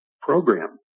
program